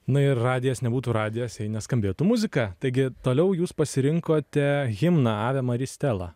na ir radijas nebūtų radijas jei neskambėtų muzika taigi toliau jūs pasirinkote himną ave mari stela